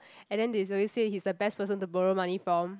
and then they always say he's the best person to borrow money from